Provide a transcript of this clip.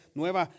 nueva